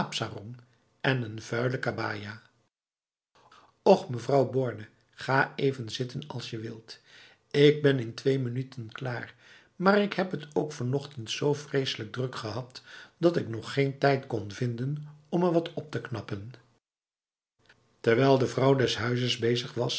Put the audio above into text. slaapsarong en een vuile kabaja och mevrouw borne ga even zitten als je wilt ik ben in twee minuten klaar maar ik heb het ook vanochtend zo vreselijk druk gehad dat ik nog geen tijd kon vinden om me wat op te knappen terwijl de vrouw des huizes bezig was